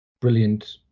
brilliant